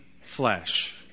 flesh